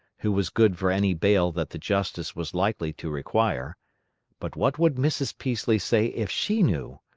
who was good for any bail that the justice was likely to require but what would mrs. peaslee say if she knew!